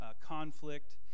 conflict